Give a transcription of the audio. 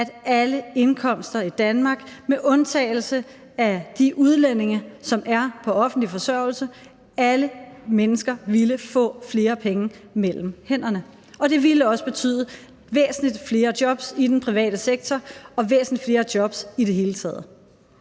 at alle indkomstgrupper i Danmark med undtagelse af de udlændinge, som er på offentlig forsørgelse, ville få flere penge mellem hænderne – alle mennesker ville få flere penge mellem hænderne. Og det ville også betyde væsentlig flere jobs i den private sektor og væsentlig flere jobs i det hele taget.